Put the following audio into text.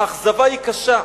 האכזבה היא קשה.